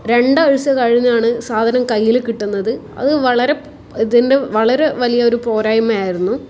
രണ്ടാഴ്ച കഴിഞ്ഞാണ് സാധനം കയ്യിൽ കിട്ടുന്നത് അത് വളരെ ഇതിൻ്റെ വളരെ വലിയൊരു പോരായ്മയായിരുന്നു